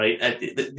right